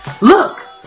Look